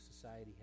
society